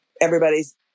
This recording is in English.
Everybody's